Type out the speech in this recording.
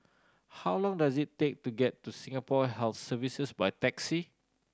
how long does it take to get to Singapore Health Services by taxi